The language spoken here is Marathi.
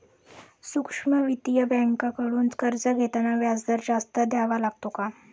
सूक्ष्म वित्तीय बँकांकडून कर्ज घेताना व्याजदर जास्त द्यावा लागतो का?